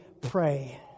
pray